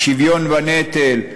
שוויון בנטל,